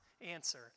answer